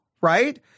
right